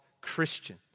Christian